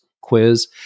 quiz